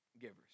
givers